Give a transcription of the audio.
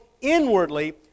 inwardly